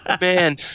Man